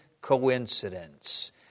coincidence